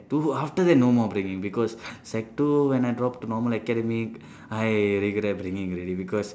two after that no more bringing because sec two when I dropped normal academic I regret bringing already because